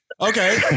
Okay